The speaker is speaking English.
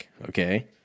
okay